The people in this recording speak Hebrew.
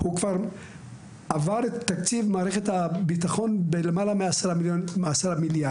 הוא כבר עבר את תקציב מערכת הבטחון בלמעלה מ-10 מיליארד.